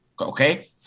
Okay